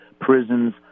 prisons